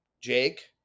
Jake